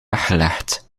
weggelegd